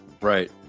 Right